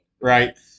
right